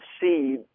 see